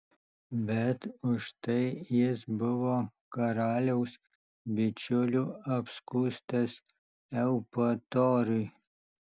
bet už tai jis buvo karaliaus bičiulių apskųstas eupatorui